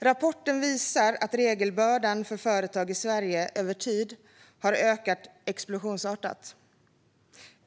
Rapporten visar att regelbördan för företag i Sverige över tid har ökat explosionsartat.